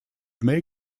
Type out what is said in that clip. may